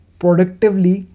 productively